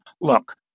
look